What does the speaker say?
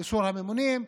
באישור הממונים,